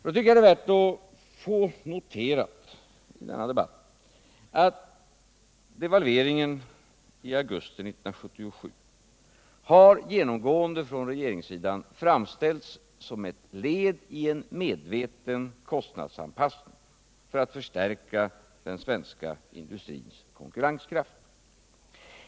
Jag tycker mot denna bakgrund att det är värt att få noterat i denna debatt att devalveringen i augusti 1977 genomgående från regeringens sida har framställts som ett led i en medveten kostnadsanpassning för att förstärka den svenska industrins konkurrenskraft.